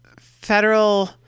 federal